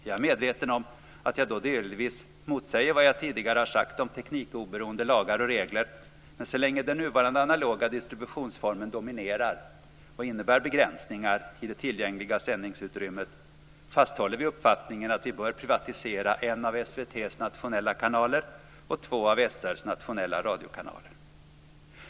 Jag är medveten om att jag då delvis motsäger vad jag tidigare sagt om teknikoberoende lagar och regler, men så länge den nuvarande analoga distributionsformen dominerar och innebär begränsningar i det tillgängliga sändningsutrymmet fasthåller vi uppfattningen att vi bör privatisera en av SVT:s nationella kanaler och två av SR:s nationella radiokanaler.